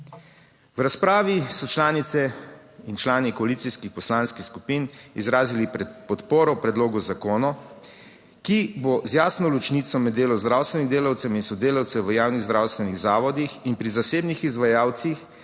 V razpravi so članice in člani koalicijskih poslanskih skupin izrazili podporo predlogu zakona, ki bo z jasno ločnico med delom zdravstvenih delavcev in sodelavcev v javnih zdravstvenih zavodih in pri zasebnih izvajalcih